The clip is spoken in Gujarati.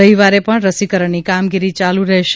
રવિવારે પણ રસીકરણની કામગીરી ચાલુ રહેશે